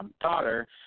daughter